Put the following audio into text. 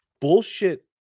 bullshit